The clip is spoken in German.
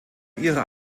ihrer